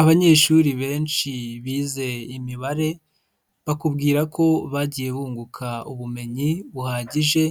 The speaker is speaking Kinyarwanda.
Abanyeshuri benshi bize imibare, bakubwira ko bagiye bunguka ubumenyi buhagije